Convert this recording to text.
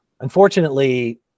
unfortunately